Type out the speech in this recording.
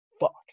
fuck